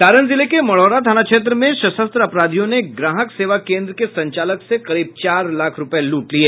सारण जिले के मढ़ौरा थाना क्षेत्र में सशस्त्र अपराधियों ने ग्राहक सेवा केन्द्र के संचालक से करीब चार लाख रुपये लूट लिया